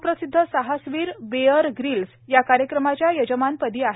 स्प्रसिद्ध साहसवीर Bear Grylls या कार्यक्रमाच्या यजमानपदी आहेत